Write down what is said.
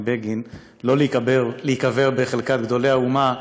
בגין שלא להיקבר בחלקת גדולי האומה,